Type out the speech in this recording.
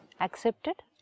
Accepted